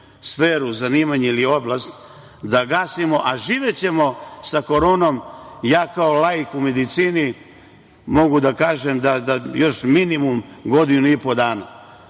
sferu zanimanja ili oblast da gasimo, a živećemo sa Koronom. Ja kao laik u medicini mogu da kažem još minimum godinu i po dana,